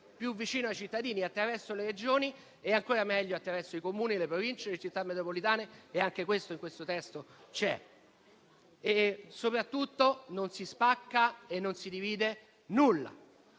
più vicino ai cittadini attraverso le Regioni e ancor meglio attraverso i Comuni, le Province e le Città metropolitane, e anche questo è contenuto nel testo in esame. Soprattutto però non si spacca e non si divide nulla,